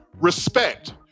respect